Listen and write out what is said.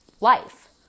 life